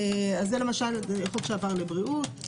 זה חוק שעבר לבריאות.